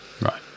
Right